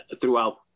throughout